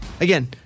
Again